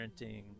parenting